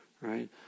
right